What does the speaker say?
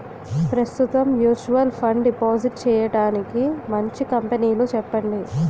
ప్రస్తుతం mutual fund deposit చేయడానికి మంచి కంపెనీలు చెప్పండి